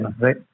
right